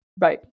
Right